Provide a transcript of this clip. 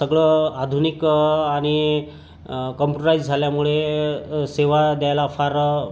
सगळं आधुनिक आणि कम्प्युटराईज झाल्यामुळे सेवा द्यायला फार